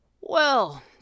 Well